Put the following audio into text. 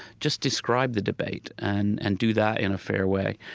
just describe the debate and and do that in a fair way.